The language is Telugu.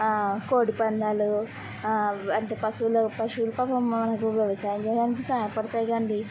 కోడిపందాలు అంటే పశువుల పశువులుతో పాపం మనకు వ్యవసాయం చేయడానికి సహాయపడతాయిగాండీ